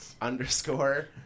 underscore